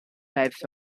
types